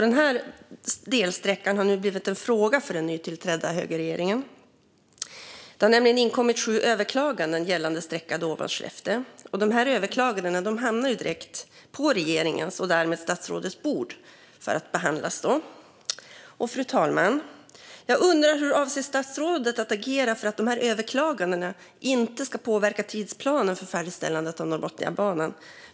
Denna delsträcka har nu blivit en fråga för den nytillträdda högerregeringen. Det har nämligen inkommit sju överklaganden gällande sträckan Dåva-Skellefteå. Dessa överklaganden hamnar direkt på regeringens och därmed statsrådets bord för att behandlas. Fru talman! Jag undrar hur statsrådet avser att agera för att dessa överklaganden inte ska påverka tidsplanen för färdigställandet av Norrbotniabanan.